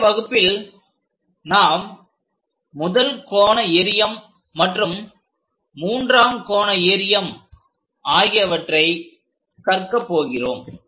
இன்றைய வகுப்பில் நாம் முதல் கோண எறியம் மற்றும் மூன்றாம் கோண எறியம் ஆகியவற்றை கற்க போகிறோம்